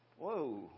Whoa